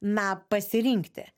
na pasirinkti